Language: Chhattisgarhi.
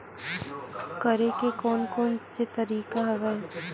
करे के कोन कोन से तरीका हवय?